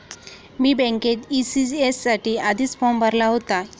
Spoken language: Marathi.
मी बँकेत ई.सी.एस साठी आधीच फॉर्म भरला होता